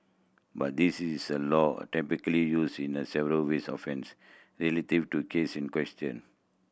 but this is a law a typically used in less several with offence relative to case in question